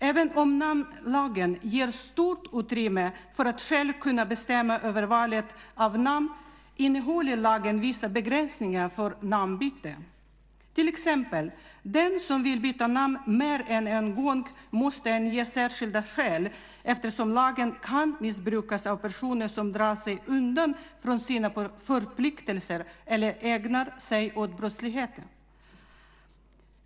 Även om namnlagen ger stort utrymme för att man själv ska kunna bestämma över valet av namn innehåller lagen vissa begränsningar för namnbyte. Den som vill byta namn mer än en gång, till exempel, måste ange särskilda skäl eftersom lagen kan missbrukas av personer som drar sig undan från sina förpliktelser eller ägnar sig åt brottslighet.